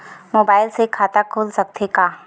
Mobile से खाता खुल सकथे का?